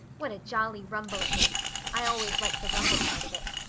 what a jolly rumble it makes! i always like the rumble part of it.